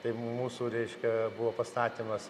tai mūsų reiškia buvo pastatymas